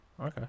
Okay